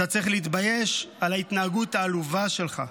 אתה צריך להתבייש על ההתנהגות העלובה שלך,